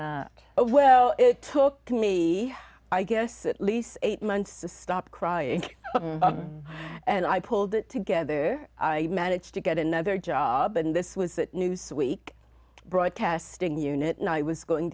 r well it took me i guess at least eight months to stop crying and i pulled it together i managed to get another job and this was that newsweek broadcasting unit and i was going